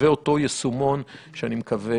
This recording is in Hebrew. ואותו יישומון שאני מקווה